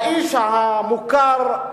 האיש המוכר,